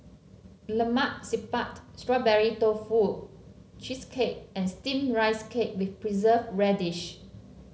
Lemak Siput Strawberry Tofu Cheesecake and steamed Rice Cake with Preserved Radish